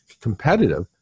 competitive